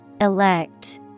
Elect